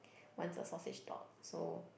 wants a sausage dog so